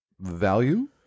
value